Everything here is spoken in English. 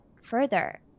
further